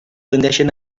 tendeixen